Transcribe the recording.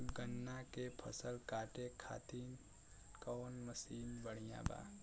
गन्ना के फसल कांटे खाती कवन मसीन बढ़ियां बा?